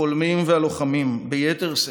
החולמים והלוחמים, ביתר שאת.